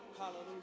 Hallelujah